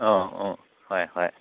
ꯑꯣ ꯑꯣ ꯍꯣꯏ ꯍꯣꯏ